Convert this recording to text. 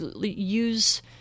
use